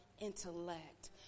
intellect